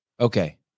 Okay